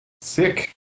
Sick